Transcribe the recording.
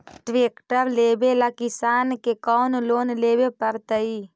Tractor लेवेला किसान के कौन लोन लेवे पड़तई?